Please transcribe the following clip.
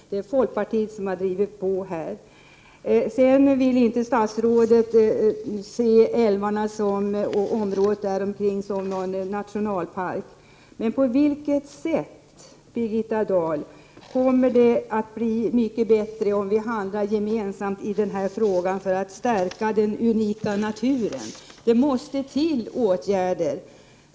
Det är folkpartiet som har drivit på i detta sammanhang. Statsrådet vill inte se älvarna och området kring dem som en nationalpark. Men på vilket sätt, Birgitta Dahl, kommer det att bli mycket bättre om vi handlar gemensamt i denna fråga för att stärka den unika naturen? Det måste vidtas åtgärder.